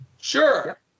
Sure